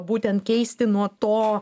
būtent keisti nuo to